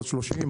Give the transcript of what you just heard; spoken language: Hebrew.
בנות 30,